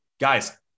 Guys